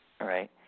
right